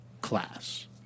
class